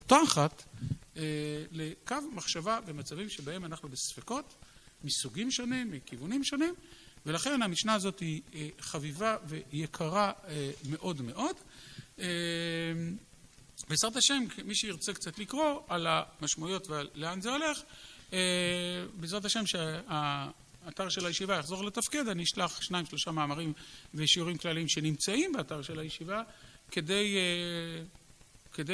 אותו אחת, לקו מחשבה במצבים שבהם אנחנו בספקות, מסוגים שונים, מכיוונים שונים ולכן המשנה הזאת היא חביבה ויקרה מאוד מאוד. בעזרת השם, מי שירצה קצת לקרוא על המשמעויות ולאן זה הולך, בעזרת השם, שהאתר של הישיבה יחזור לתפקד, אני אשלח שניים, שלושה מאמרים וקישורים כלליים שנמצאים באתר של הישיבה כדי